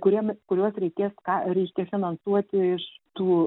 kuriem kuriuos reikės ką reiškia finansuoti iš tų